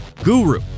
guru